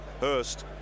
hurst